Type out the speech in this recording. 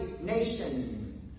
nation